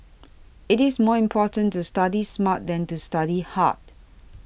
it is more important to study smart than to study hard